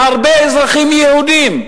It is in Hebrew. והרבה אזרחים יהודים,